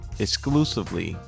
exclusively